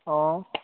অঁ